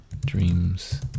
Dreams